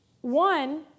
one